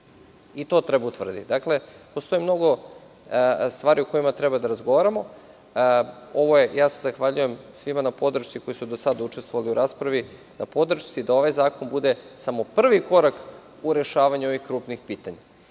i to treba utvrditi. Dakle, postoji mnogo stvari o kojima treba da razgovaramo. Zahvaljujem se svima na podršci, onima koji su do sada učestvovali u raspravi, na podršci da ovaj zakon bude samo prvi korak u rešavanju ovih krupnih pitanja.